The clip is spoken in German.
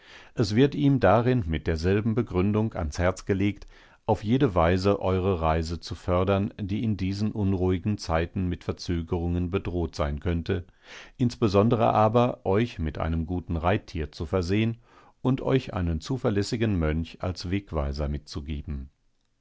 es wird ihm darin mit derselben begründung ans herz gelegt auf jede weise eure reise zu fördern die in diesen unruhigen zeiten mit verzögerungen bedroht sein könnte insbesondere aber euch mit einem guten reittier zu versehen und euch einen zuverlässigen mönch als wegweiser mitzugeben